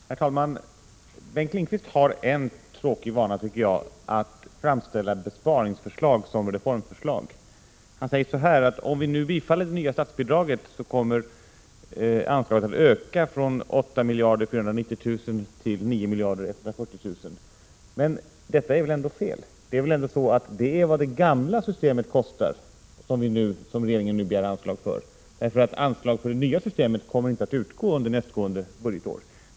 Herr talman! Bengt Lindqvist har en tråkig vana, tycker jag, att framställa besparingsförslag som reformförslag. Han säger att om vi nu bifaller det nya statsbidraget, kommer anslaget att öka från 8 490 miljoner till 9 140 miljoner. Men detta är väl ändå fel. Det är väl ändå så, att det är vad det gamla systemet kostar som regeringen nu begär anslag för. Anslag till det nya systemet kommer ju inte att utgå under nästkommande budgetår.